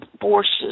forces